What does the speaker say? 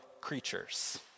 creatures